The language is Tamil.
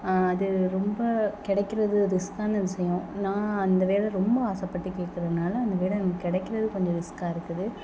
அது ரொம்ப கிடைக்கிறது ரிஸ்க்கான விஷயம் நான் அந்த வேலை ரொம்ப ஆசைப்பட்டு கேட்குறதுனால அந்த வேலை எனக்கு கிடைக்கிறது கொஞ்சம் ரிஸ்க்காக இருக்குது